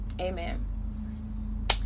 amen